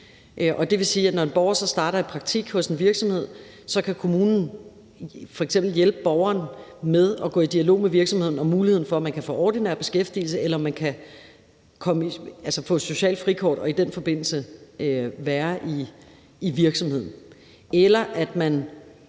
Det vil sige, at når en borger starter i praktik hos en virksomhed, kan kommunen f.eks. hjælpe borgeren med at gå i dialog med virksomheden om muligheden for, at man kan få ordinær beskæftigelse, eller om man kan få det sociale frikort og i den forbindelse være i virksomheden. Og i